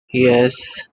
yes